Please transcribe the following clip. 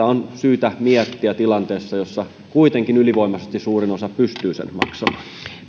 on syytä miettiä tilanteessa jossa kuitenkin ylivoimaisesti suurin osa pystyy sen maksamaan